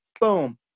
boom